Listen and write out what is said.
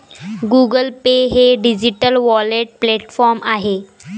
Google Pay हे digital wallet platform आहे